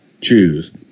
choose